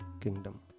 kingdom